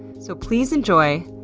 so please enjoy,